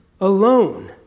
alone